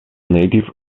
native